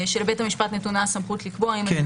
שלבית המשפט נתונה הסמכות לקבוע אם הדיון